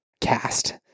cast